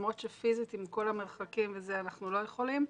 למרות שפיסית עם כל המרחקים אנחנו לא יכולים,